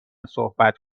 صحبت